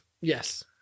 Yes